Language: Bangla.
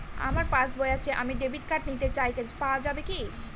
আমার পাসবই আছে আমি ডেবিট কার্ড নিতে চাই পাওয়া যাবে কি?